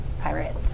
Pirate